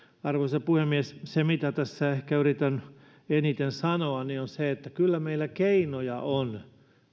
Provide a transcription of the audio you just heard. arvoisa puhemies se mitä tässä ehkä yritän eniten sanoa on se että kyllä meillä keinoja on